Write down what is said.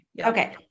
Okay